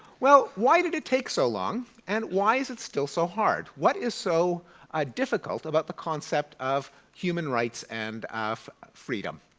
well, why did it take so long and why is it still so hard what is so ah difficult about the concept of human rights and freedom?